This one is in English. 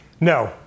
No